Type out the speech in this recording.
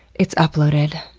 it's uploaded.